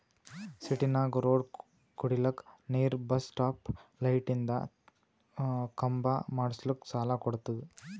ಸಿಟಿನಾಗ್ ರೋಡ್ ಕುಡಿಲಕ್ ನೀರ್ ಬಸ್ ಸ್ಟಾಪ್ ಲೈಟಿಂದ ಖಂಬಾ ಮಾಡುಸ್ಲಕ್ ಸಾಲ ಕೊಡ್ತುದ